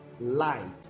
light